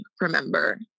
remember